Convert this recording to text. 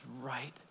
right